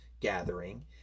gathering